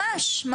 ממש.